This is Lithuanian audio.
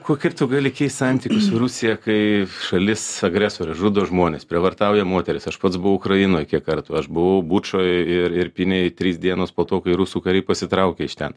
ko kaip tu gali keist santykius rusija kai šalis agresorius žudo žmones prievartauja moteris aš pats buvau ukrainoj kiek kartų aš buvau bučoj ir irpynėj trys dienos po to kai rusų kariai pasitraukė iš ten